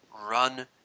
run